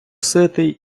ситий